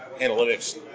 analytics